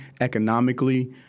economically